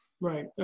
Right